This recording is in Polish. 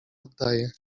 oddaje